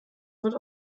wird